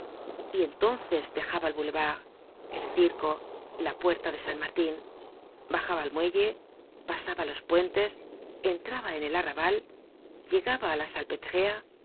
y entonces dejaba el boulevard el circo la puerta de san martin bajaba al muelle pasaba los puentes entraba en el arrabal llegaba á la